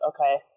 okay